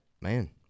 man